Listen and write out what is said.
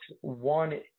One